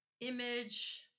image